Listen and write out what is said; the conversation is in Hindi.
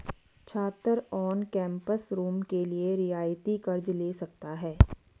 छात्र ऑन कैंपस रूम के लिए रियायती कर्ज़ ले सकता है